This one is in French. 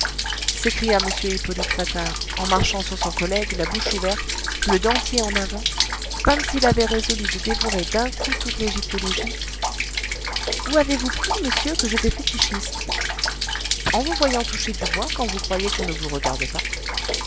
s'écria m hippolyte patard en marchant sur son collègue la bouche ouverte le dentier en avant comme s'il avait résolu de dévorer d'un coup toute l'égyptologie où avez-vous pris monsieur que j'étais fétichiste en vous voyant toucher du bois quand vous croyez qu'on ne vous regarde pas